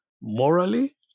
morally